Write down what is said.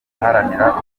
aharanira